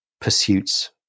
pursuits